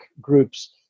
groups